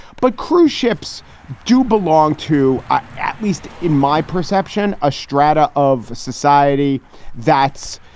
but cruise ships do belong to, ah at least in my perception, a strata of society that's,